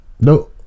no